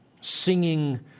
singing